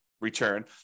return